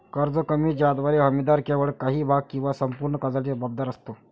कर्ज हमी ज्याद्वारे हमीदार केवळ काही भाग किंवा संपूर्ण कर्जासाठी जबाबदार असतो